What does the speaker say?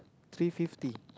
three fifty